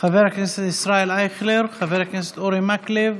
חבר הכנסת ישראל אייכלר, חבר הכנסת אורי מקלב,